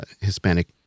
Hispanic